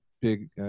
big